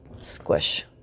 squish